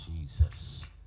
Jesus